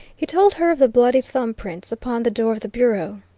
he told her of the bloody thumb-prints upon the door of the bureau.